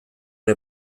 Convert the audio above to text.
ere